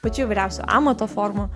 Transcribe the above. pačių įvairiausių amato formų